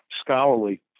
scholarly